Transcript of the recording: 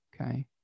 Okay